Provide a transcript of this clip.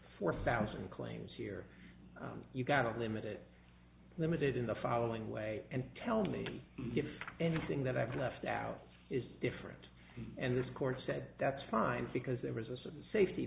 four thousand claims here you've got a limited limited in the following way and tell me if anything that i've left out is different and this court said that's fine because there is a certain safety